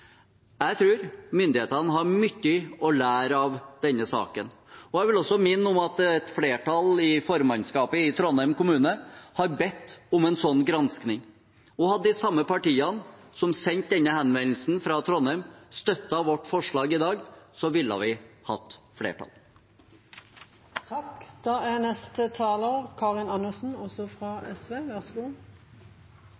Jeg tror myndighetene har mye å lære av denne saken, og jeg vil også minne om at et flertall i formannskapet i Trondheim kommune har bedt om en sånn gransking. Hadde de samme partiene som sendte denne henvendelsen fra Trondheim, støttet vårt forslag i dag, ville vi hatt flertall. Det er